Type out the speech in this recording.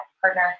partner